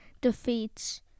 defeats